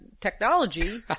technology